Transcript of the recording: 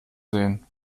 sehen